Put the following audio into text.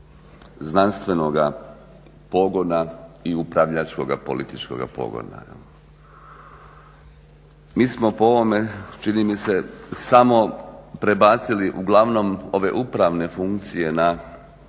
znanstvenoga pogona i upravljačkoga političkoga pogona. Mi smo po ovome, čini mi se, samo prebacili uglavnom ove upravne funkcije na